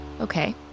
Okay